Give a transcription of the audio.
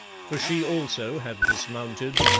for she also had dismounted,